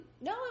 No